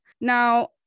now